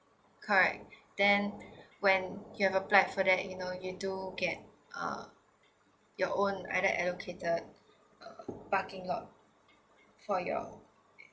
correct then when you have applied for that you know you do get uh your own either allocated uh parking lot for your